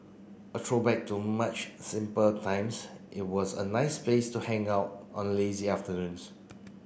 a throwback to much simple times it was a nice place to hang out on lazy afternoons